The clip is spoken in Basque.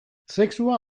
sexua